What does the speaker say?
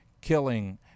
killing